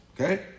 Okay